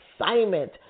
assignment